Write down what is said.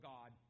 God